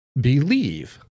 believe